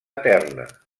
eterna